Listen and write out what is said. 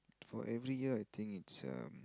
for every year I think it's um